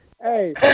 Hey